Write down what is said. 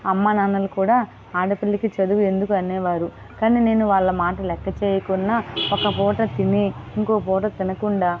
అమ్మ నాన్నలు కూడా ఆడపిల్లకి చదువు ఎందుకు అనేవారు కానీ నేను వాళ్ళ మాటలు లెక్కచేయకుండా ఒక పూట తిని ఇంకో పూట తినకుండా